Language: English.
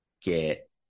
get